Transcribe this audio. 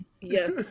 Yes